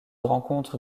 rencontrent